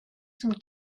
some